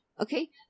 Okay